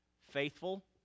faithful